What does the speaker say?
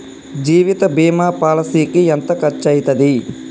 జీవిత బీమా పాలసీకి ఎంత ఖర్చయితది?